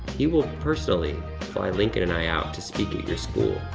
he will personally fly lincoln and i out to speak at your school.